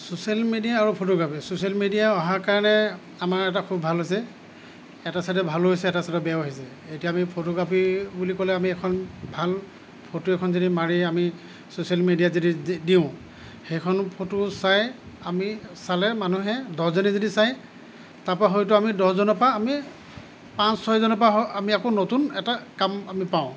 social media আৰু photography social media অহাৰ কাৰণে আমাৰ এটা খুব ভাল হৈছে এটা চাইডে ভালো হৈছে এটা চাইডে বেয়াও হৈছে এতিয়া আমি ফটোগ্ৰাফী বুলি ক'লে আমি এখন ভাল ফটো এখন যদি মাৰি আমি ছ'চিয়েল মিডিয়াত যদি দি দিওঁ সেইখন ফটো চাই আমি চালে মানুহে দহজনে যদি চাই তাৰপৰা হয়তো আমি দহজনৰ পৰা আমি পাঁচ ছয় জনৰ পৰা হয় আমি আকৌ নতুন এটা কাম আমি পাওঁ